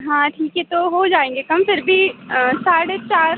हाँ ठीक है तो हो जाएँगे कम फिर भी साढ़े चार